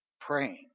praying